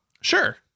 Sure